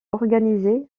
organisées